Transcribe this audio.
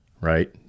right